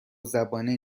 زبانه